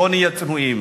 בוא ונהיה צנועים.